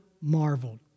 marveled